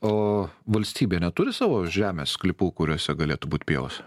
o valstybė neturi savo žemės sklypų kuriuose galėtų būt pievos